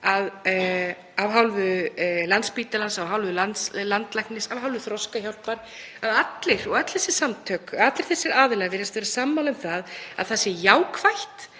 af hálfu Landspítala, af hálfu landlæknis, af hálfu Þroskahjálpar að öll þessi samtök og allir þessir aðilar virðast vera sammála um að það sé jákvætt,